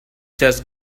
chess